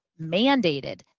mandated